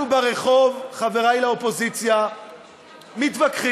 אנחנו, ברחוב, חבריי לאופוזיציה, מתווכחים,